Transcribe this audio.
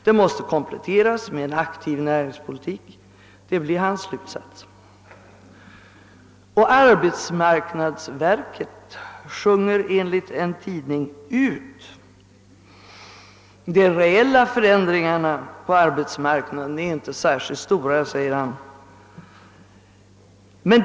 Den måste kompletteras med en aktiv näringspolitik, blir hans slutsats. Arbetsmarknadsverkets chef sjunger ut enligt en tidning. De:reella förändringarna på arbetsmarknaden är inte särskilt stora, säger han, men.